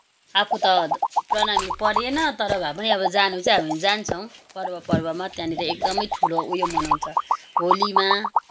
आफू त प्रणामी परिएन तर भए पनि अब जान चाहिँ हामी जान्छौँ पर्व पर्वमा त्यहाँनिर एकदमै ठुलो उयो मनाउँछ होलीमा